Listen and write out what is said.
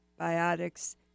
biotics